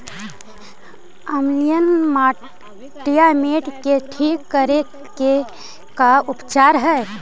अमलिय मटियामेट के ठिक करे के का उपचार है?